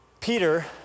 Peter